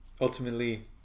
Ultimately